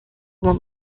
want